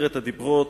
עשרת הדיברות.